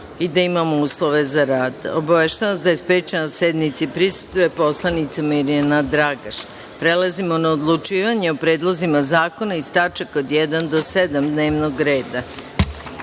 i da imamo uslove za rad. Obaveštavam vas da je sprečena da sednici prisustvuje narodna poslanica Mirjana Dragaš. Prelazimo na odlučivanje o predlozima zakona iz tačaka od 1. do 7. dnevnog